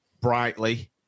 brightly